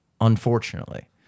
Unfortunately